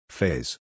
Phase